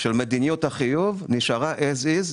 את כל ההגדרות של השטחים ושל מדיניות החיוב נשארו As is,